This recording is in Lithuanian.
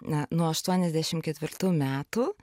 na nuo aštuoniasdešim ketvirtų metų